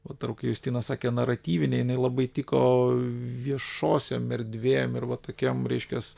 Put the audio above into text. vat ir justinas sakė naratyvinė jinai labai tiko viešosiom erdvėm ir va tokiem reiškias